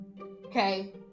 okay